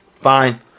fine